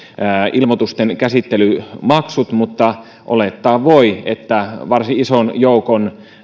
ilmoitusten käsittelymaksut mutta olettaa voi että varsin ison joukon